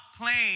playing